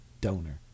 donor